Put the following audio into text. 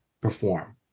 perform